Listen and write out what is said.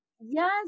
Yes